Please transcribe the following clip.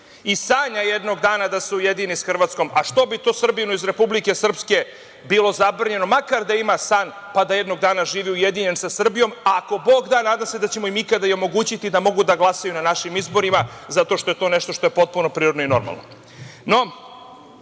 i sanja jednog dana da se ujedini sa Hrvatskom, a što bi to Srbinu iz Republike Srpske bilo zabranjeno, makar da ima san pa da jednog dana živi ujedinjen sa Srbijom, a ako Bog da nada se da ćemo im ikada omogućiti da mogu da glasaju na našim izborima zato što je to nešto što je potpuno prirodno i normalno.